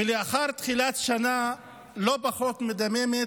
ולאחר תחילת שנה לא פחות מדממת,